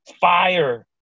Fire